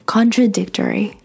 Contradictory